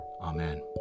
Amen